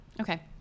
okay